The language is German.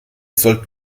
sollten